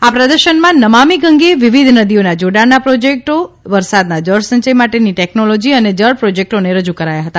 આ પ્રદર્શનમાં નમામિ ગંગે વિવિધ નદીઓના જોડાણના પ્રોજેક્ટ વરસાદના જળસંયથ માટેની ટેકનોલોજી મે જળપ્રીજેક્ટોને રજૂ કરાયા હતા